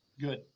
Good